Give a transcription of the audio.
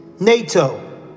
NATO